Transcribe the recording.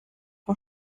vor